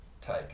take